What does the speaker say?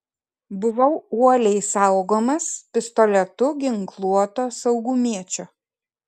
buvau uoliai saugomas pistoletu ginkluoto saugumiečio